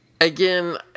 Again